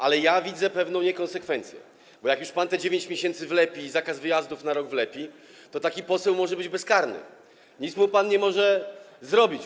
Ale widzę pewną niekonsekwencję, bo jak już pan wlepi te 9 miesięcy i zakaz wyjazdów na rok, to taki poseł może być bezkarny, bo nic mu pan nie może zrobić.